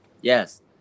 Yes